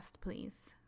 please